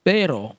Pero